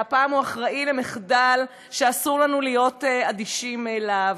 והפעם הוא אחראי למחדל שאסור לנו להיות אדישים אליו.